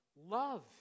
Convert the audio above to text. love